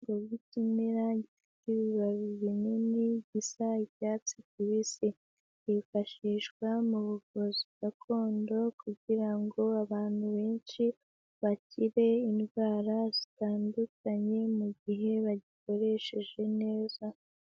Ubwoko bw'ikimera gifite ibibabi binini bisa icyatsi kibisi. Bwifashishwa mu buvuzi gakondo kugira ngo abantu benshi bakire indwara zitandukanye mu gihe bagikoresheje neza.